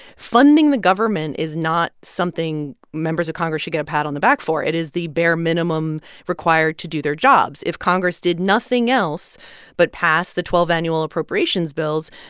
funding the government is not something members of congress should get a pat on the back for. it is the bare minimum required to do their jobs. if congress did nothing else but pass the twelve annual appropriations bills,